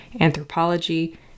anthropology